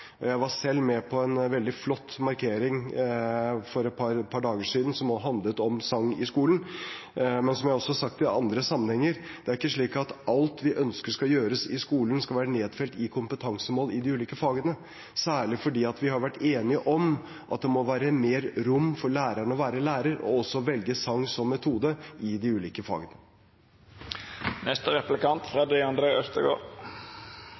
Jeg var selv med på en veldig flott markering for et par dager siden som handlet om sang i skolen. Men som jeg også har sagt i andre sammenhenger, er det ikke slik at alt vi ønsker skal gjøres i skolen, skal være nedfelt i kompetansemål i de ulike fagene, særlig fordi vi har vært enige om at det må være mer rom for lærerne for å være lærer, og å velge sang som metode i de ulike